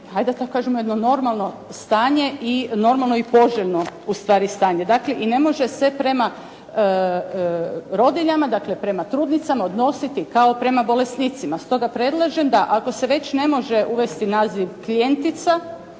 hajde da tako kažem jedno normalno stanje i normalno i poželjno u stvari stanje. Dakle, i ne može se prema rodiljama, dakle prema trudnicama odnositi kao prema bolesnicima. Stoga predlažem da, ako se već ne može uvesti naziv klijentica,